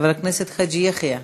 חבר הכנסת חאג' יחיא.